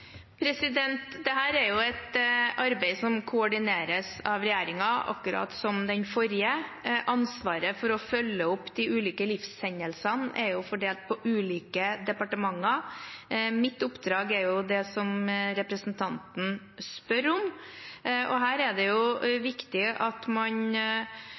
er et arbeid som koordineres av regjeringen – akkurat som av den forrige. Ansvaret for å følge opp de ulike livshendelsene er fordelt på ulike departementer. Mitt oppdrag er det som representanten spør om. Her er det viktig at man